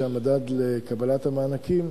המדד לקבלת המענקים,